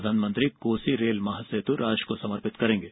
प्रधानमंत्री कोसी रेल महासेतु राष्ट्र को समर्पित करेंगे